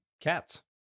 cats